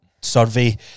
survey